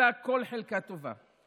הרסה כל חלקה טובה.